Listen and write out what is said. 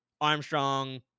Armstrong